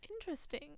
Interesting